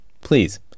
please